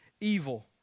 evil